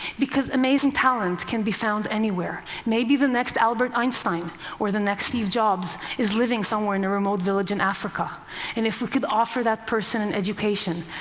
because amazing talent can be found anywhere. maybe the next albert einstein or the next steve jobs is living somewhere in a remote village in africa. and if we could offer that person an education,